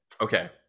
okay